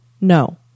No